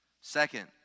Second